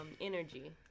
energy